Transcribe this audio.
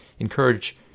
encourage